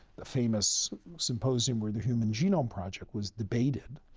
the famous symposium where the human genome project was debated.